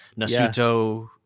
Nasuto